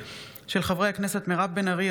בהצעתם של חברי הכנסת מירב בן ארי,